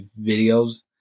videos